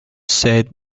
said